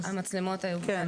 כן.